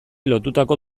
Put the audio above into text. lotutako